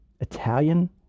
Italian